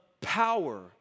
power